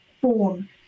born